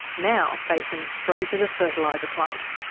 now facing straight at a fertilizer plant.